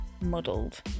muddled